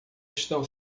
estão